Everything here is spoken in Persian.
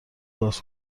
باز